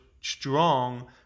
strong